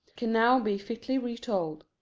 can now be fitly retold.